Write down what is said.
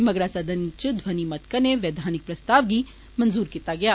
मगरा सदन च ध्वनि मत कन्नै वैधानिक प्रस्ताव गी मंजूर कीता गेआ